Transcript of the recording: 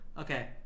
Okay